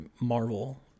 Marvel